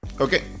Okay